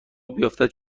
بیفتد